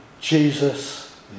Jesus